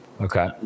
okay